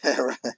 right